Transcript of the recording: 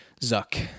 Zuck